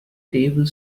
table